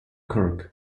kirk